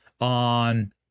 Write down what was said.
on